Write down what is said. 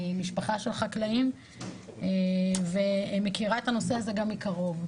ממשפחה של חקלאים ואני מכירה את הנושא הזה גם מקרוב.